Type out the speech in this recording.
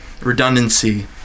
redundancy